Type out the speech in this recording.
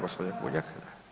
Gospođo Puljak.